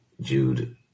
Jude